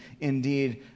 Indeed